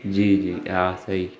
जी जी हा सही